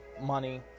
money